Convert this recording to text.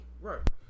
Right